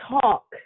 talk